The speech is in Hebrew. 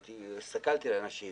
הסתכלתי על אנשים,